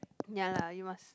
ya you must